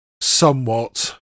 somewhat